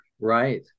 Right